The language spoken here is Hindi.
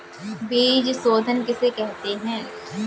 बीज शोधन किसे कहते हैं?